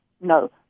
No